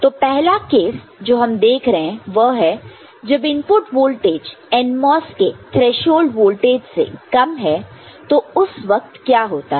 तो पहला केस जो हम देख रहे हैं वह है जब इनपुट वोल्टेज NMOS के थ्रेशोल्ड वोल्टेज से कम है तो उस वक्त क्या होता है